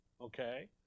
okay